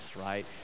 right